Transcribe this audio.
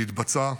היא התבצעה.